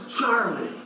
Charlie